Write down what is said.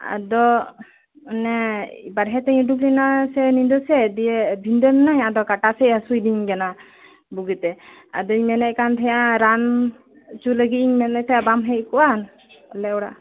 ᱟᱫᱚ ᱚᱱᱮ ᱵᱟᱨᱦᱮ ᱛᱮᱧ ᱩᱰᱩᱠ ᱞᱮᱱᱟ ᱥᱮ ᱧᱤᱫᱟᱹ ᱥᱮᱫ ᱫᱤᱭᱮ ᱵᱷᱤᱸᱫᱟᱹᱲ ᱤᱱᱟᱹᱧ ᱠᱟᱴᱟ ᱥᱮᱫ ᱦᱟᱥᱩᱭᱤᱫᱤᱧ ᱠᱟᱱᱟ ᱵᱩᱜᱤᱛᱮ ᱟᱫᱚᱧ ᱢᱮᱱᱮᱫ ᱠᱟᱱ ᱛᱟᱦᱮᱸᱫᱼᱟ ᱨᱟᱱ ᱚᱪᱚᱜ ᱞᱟᱹᱜᱤᱫ ᱤᱧ ᱢᱮᱱᱮᱫ ᱛᱟᱦᱮᱸᱫ ᱵᱟᱢ ᱦᱮᱡ ᱠᱚᱜᱼᱟ ᱟᱞᱮ ᱚᱲᱟᱜ